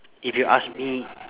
if you ask me